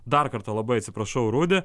dar kartą labai atsiprašau rudi